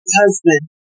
husband